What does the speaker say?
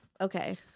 okay